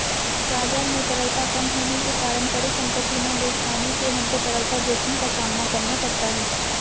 बाजार में तरलता कम होने के कारण परिसंपत्ति ना बेच पाने से हमको तरलता जोखिम का सामना करना पड़ता है